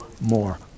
more